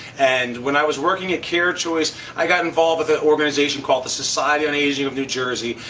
and when i was working at carechoice, i got involved with an organization called the society on aging of new jersey.